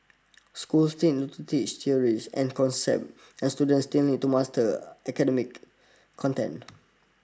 schools still need to teach theories and concepts and students still need to master academic content